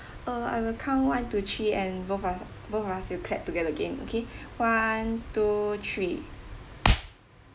uh I will count one two three and both us both of us will clap together again okay one two three